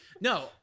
No